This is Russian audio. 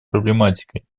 проблематикой